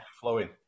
flowing